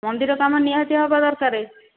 ମନ୍ଦିର କାମ ନିହାତି ହେବା ଦରକାର